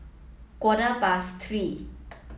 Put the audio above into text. quarter past three